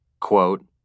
quote